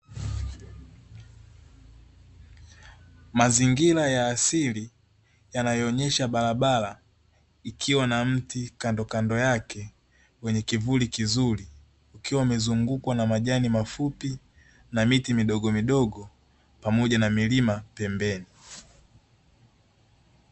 Mazingira ya asili yanayoonyesha barabara, ikiwa na mti kandokando yake wenye kivuli kizuri ukiwa umezungukwa na majani mafupi na mititi midogo midogo pamoja na milima pembeni.